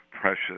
precious